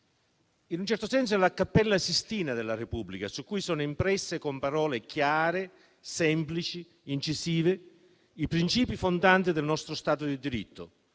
In un certo senso, è la Cappella Sistina della Repubblica, su cui sono impressi con parole chiare, semplici ed incisive i princìpi fondanti del nostro Stato di diritto,